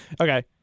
Okay